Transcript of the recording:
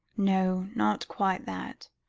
no, not quite that.